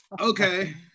Okay